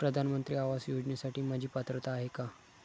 प्रधानमंत्री आवास योजनेसाठी माझी पात्रता आहे का?